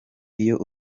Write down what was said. iyo